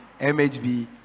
MHB